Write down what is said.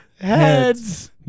Heads